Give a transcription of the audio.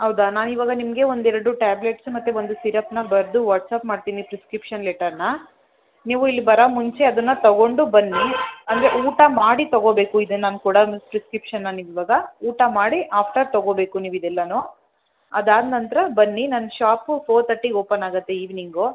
ಹೌದಾ ನಾನು ಇವಾಗ ನಿಮಗೆ ಒಂದು ಎರಡು ಟ್ಯಾಬ್ಲೆಟ್ಸ್ ಮತ್ತೆ ಒಂದು ಸಿರಪ್ನ ಬರೆದು ವಾಟ್ಸಪ್ ಮಾಡ್ತೀನಿ ಪ್ರಿಸ್ಕ್ರಿಪ್ಷನ್ ಲೆಟರ್ನ ನೀವು ಇಲ್ಲಿ ಬರೋ ಮುಂಚೆ ಅದನ್ನು ತೊಗೊಂಡು ಬನ್ನಿ ಹಂಗೆ ಊಟ ಮಾಡಿ ತೊಗೋಬೇಕು ಇದು ನಾನು ಕೊಡೊ ಪ್ರಿಸ್ಕ್ರಿಪ್ಷನ್ನ ನೀವು ಇವಾಗ ಊಟ ಮಾಡಿ ಆಫ್ಟರ್ ತೊಗೋಬೇಕು ನೀವು ಇದೆಲ್ಲವು ಅದಾದ ನಂತರ ಬನ್ನಿ ನನ್ನ ಶಾಪ್ ಫೋರ್ ತರ್ಟಿಗೆ ಓಪನ್ ಆಗುತ್ತೆ ಇವಿನಿಂಗು